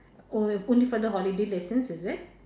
o~ only for the holiday lessons is it